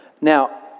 Now